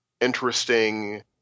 interesting